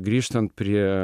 grįžtant prie